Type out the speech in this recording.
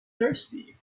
thirsty